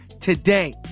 today